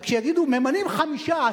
ממנים חמישה,